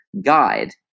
guide